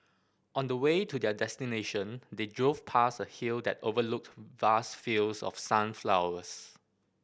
on the way to their destination they drove past a hill that overlooked vast fields of sunflowers